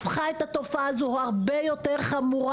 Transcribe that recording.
הפכה את התופעה הזו להרבה יותר חמורה.